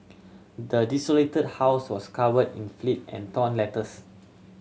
the desolated house was covered in filth and torn letters